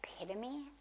epitome